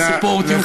we support you,